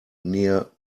near